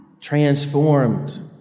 transformed